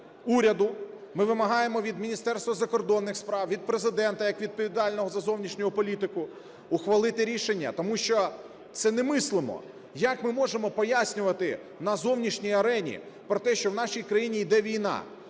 ми вимагаємо від Міністерства закордонних справ, від Президента, як відповідального за зовнішню політику, ухвалити рішення. Тому що це немислимо. Як ми можемо пояснювати на зовнішній арені про те, що в нашій країні іде війна,